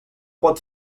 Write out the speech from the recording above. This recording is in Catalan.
pot